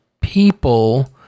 people